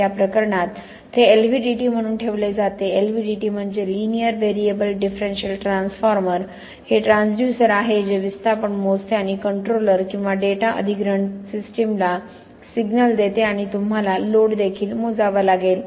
या प्रकरणात ते एलव्हीडीटी म्हणून ठेवले जाते एलव्हीडीटी म्हणजे लिनियर व्हेरिएबल डिफरेंशियल ट्रान्सफॉर्मर हे ट्रान्सड्यूसर आहे जे विस्थापन मोजते आणि कंट्रोलर किंवा डेटा अधिग्रहण सिस्टमला सिग्नल देते आणि तुम्हाला लोड देखील मोजावे लागेल